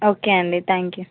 okay అండి thank you